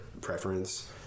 preference